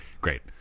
Great